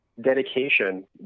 dedication